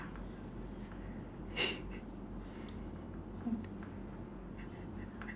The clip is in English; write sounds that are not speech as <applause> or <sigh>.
<laughs>